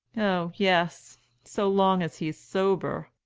oh, yes so long as he's sober